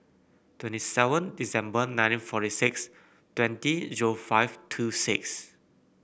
twenty seven December nineteen forty six twenty zero five two six